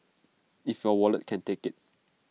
if your wallet can take IT